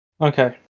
Okay